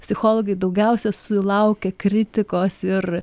psichologai daugiausia sulaukia kritikos ir